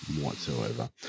whatsoever